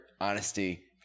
Honesty